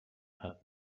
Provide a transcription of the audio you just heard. had